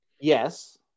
Yes